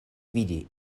vidi